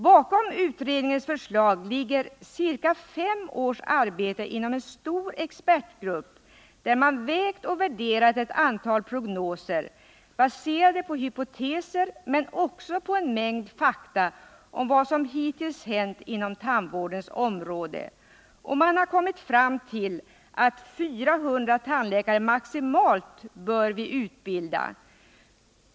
Bakom utredningens förslag ligger ca fem års arbete inom en stor expertgrupp, där man vägt och värderat ett antal prognoser, baserade på hypoteser men också på en mängd fakta om vad som hittills hänt inom tandvårdens område. Man har kommit fram till att vi bör utbilda maximalt 400 tandläkare per år.